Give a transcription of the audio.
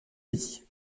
vie